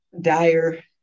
dire